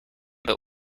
but